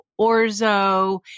orzo